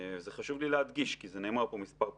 זה חשוב לי להדגיש, כי זה נאמר פה מספר פעמים.